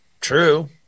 true